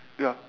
ya